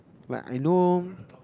like I know